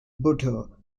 bhutto